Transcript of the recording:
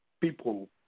people